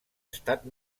estat